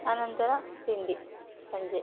ಆನಂತರ ತಿಂಡಿ ಸಂಜೆ